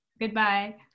Goodbye